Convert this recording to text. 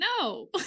No